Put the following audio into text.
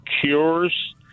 cures